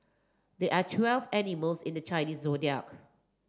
there are twelve animals in the Chinese Zodiac